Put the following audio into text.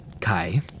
Kai